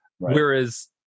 Whereas